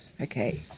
Okay